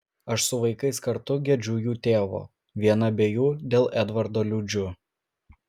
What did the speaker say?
aš su vaikais kartu gedžiu jų tėvo viena be jų dėl edvardo liūdžiu